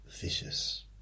vicious